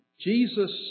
Jesus